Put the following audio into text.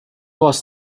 was